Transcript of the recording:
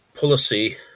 policy